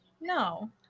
no